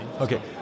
Okay